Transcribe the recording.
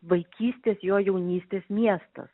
vaikystės jo jaunystės miestas